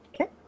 Okay